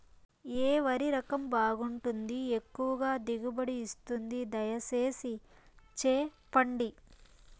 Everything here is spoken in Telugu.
ఏ వరి రకం బాగుంటుంది, ఎక్కువగా దిగుబడి ఇస్తుంది దయసేసి చెప్పండి?